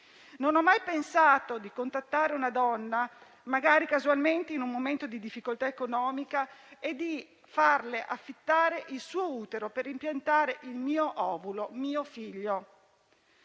Non ho mai pensato di contattare una donna, magari casualmente in un momento di difficoltà economica, e di farle affittare il suo utero per impiantare il mio ovulo, mio figlio.